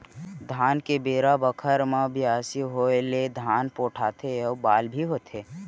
धान के बेरा बखत म बियासी होय ले धान पोठाथे अउ बाल भी होथे